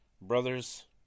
Brothers